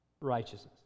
righteousness